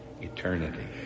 eternity